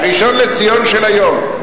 הראשון לציון של היום.